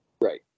Right